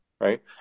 right